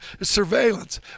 surveillance